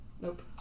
Nope